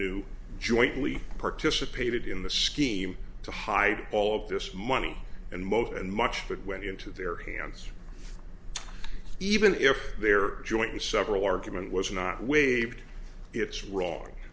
new jointly participated in the scheme to hide all of this money and most and much that went into their hands even if their joint and several argument was not waived it's wrong